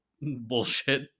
bullshit